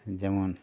ᱡᱮᱢᱚᱱ